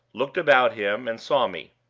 looked about him, and saw me.